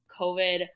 COVID